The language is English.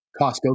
Costco